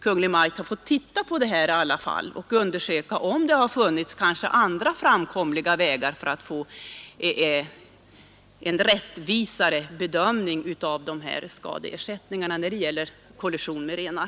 Kungl. Maj:t borde kunna få undersöka, om det finns andra framkomliga vägar för att få en rättvisare bedömning av skadeersättning i samband med kollision med renar.